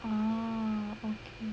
orh okay